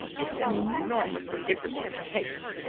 it's an enormously interesting case.